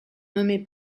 nommés